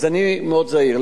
אז אני מאוד זהיר.